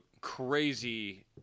crazy